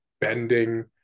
bending